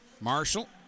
Marshall